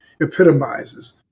epitomizes